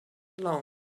along